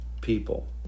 people